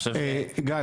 גל,